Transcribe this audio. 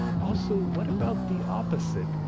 also, what about the opposite,